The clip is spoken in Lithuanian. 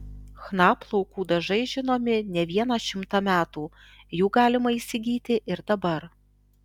chna plaukų dažai žinomi ne vieną šimtą metų jų galima įsigyti ir dabar